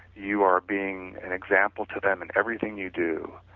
you are being an example to them in everything you do,